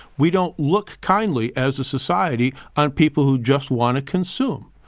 we don't look kindly as a society on people who just want to consume.